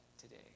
today